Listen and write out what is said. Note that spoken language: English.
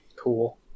Cool